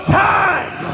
time